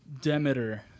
Demeter